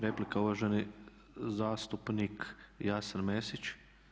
Replika, uvaženi zastupnik Jasen Mesić.